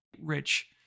rich